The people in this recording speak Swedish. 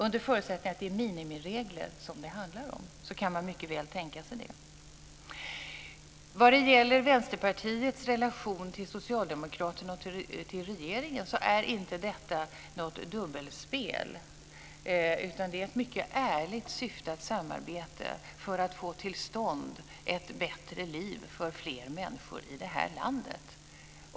Under förutsättning att det handlar om minimiregler så kan man mycket väl tänka sig det. När det gäller Vänsterpartiets relation till Socialdemokraterna och regeringen så är detta inte något dubbelspel, utan det är ett mycket ärligt syfte att samarbeta för att få till stånd ett bättre liv för fler människor i det här landet.